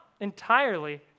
entirely